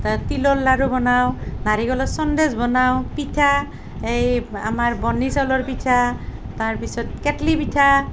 তাৰপিছত তিলৰ লাৰু বনাওঁ নাৰিকলৰ চন্দেছ বনাওঁ পিঠা এই আমাৰ বন্নি চাউলৰ পিঠা তাৰ পিছত কেটলি পিঠা